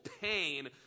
pain